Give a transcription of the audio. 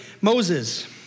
Moses